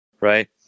right